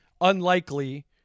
unlikely